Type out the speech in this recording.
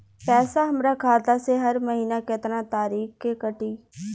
पैसा हमरा खाता से हर महीना केतना तारीक के कटी?